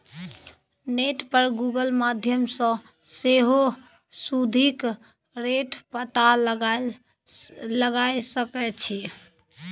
net पर Google माध्यमसँ सेहो सुदिक रेट पता लगाए सकै छी